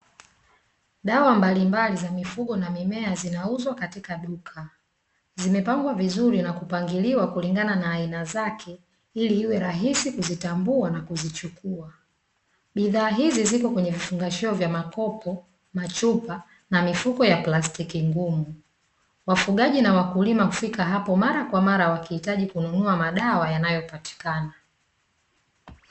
Dawa mbalimbali za mifugo na mimea zinauzwa katika duka, zimepangwa vizuri na kupangiliwa kulingana na aina zake ili iwe rahisi kuzitambua na kuzichukua. Bidhaa hizi ziko kwenye vifungashio vya makopo, machupa na mifuko ya plastiki ngumu. Wafugaji na wakulima hufika hapo marakwamara wakihitaji kununua madawa yanayopatikana.